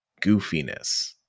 goofiness